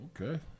okay